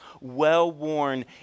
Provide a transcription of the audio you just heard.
well-worn